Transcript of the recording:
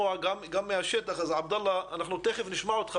אותך.